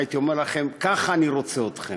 הייתי אומר לכם: ככה אני רוצה אתכם.